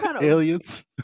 aliens